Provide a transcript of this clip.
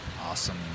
awesome